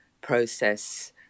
process